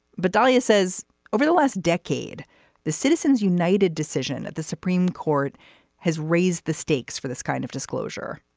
but dalia says over the last decade the citizens united decision at the supreme court has raised the stakes for this kind of disclosure.